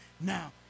Now